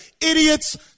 Idiots